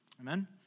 Amen